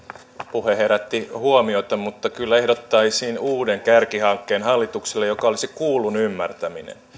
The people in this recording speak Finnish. puhe herätti huomiota mutta kyllä ehdottaisin hallitukselle uuden kärkihankkeen joka olisi kuullun ymmärtäminen